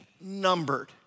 numbered